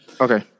Okay